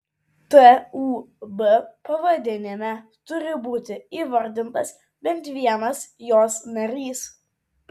tūb pavadinime turi būti įvardintas bent vienas jos narys